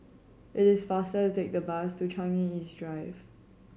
it is faster to take the bus to Changi East Drive